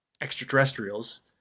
extraterrestrials